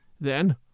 Then